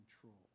control